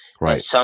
Right